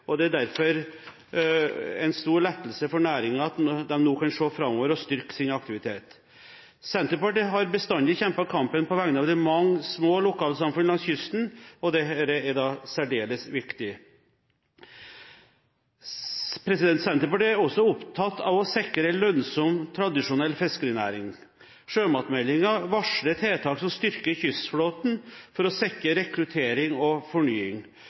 og det er derfor en stor lettelse for næringen at den nå kan se framover og styrke sin aktivitet. Senterpartiet har bestandig kjempet kampen på vegne av de mange små lokalsamfunnene langs kysten, og dette er særdeles viktig. Senterpartiet er også opptatt av å sikre en lønnsom tradisjonell fiskerinæring. Sjømatmeldingen varsler tiltak som styrker kystflåten for å sikre rekruttering og fornying.